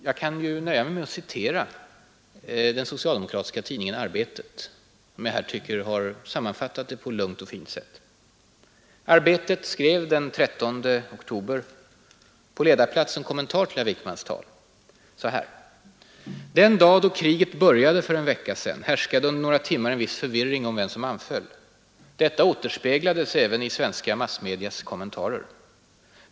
Jag kan nöja mig med att citera den socialdemokratiska tidningen Arbetet, som jag tycker har sammanfattat detta på ett lugnt och fint sätt. Arbetet skrev den 13 oktober på ledarplats i en kommentar till herr Wickmans tal: ”Den dag då kriget började för en vecka sedan, härskade under några timmar en viss förvirring om vem som anföll. Detta återspeglades även i svenska massmedias kommentarer.